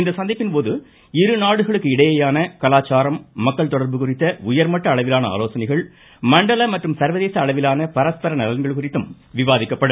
இந்த சந்திப்பின் போது இருநாடுகளுக்கு இடையேயான கலாச்சாரம் மக்கள் தொடர்பு குறித்த உயர்மட்ட அளவிலான ஆலோசனைகள் மண்டல மற்றும் சர்வதேச அளவிலான பரஸ்பர நலன்கள் குறித்தும் விவாதிக்கப்படும்